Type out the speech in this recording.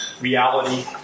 reality